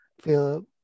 feel